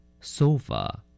sofa